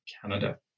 Canada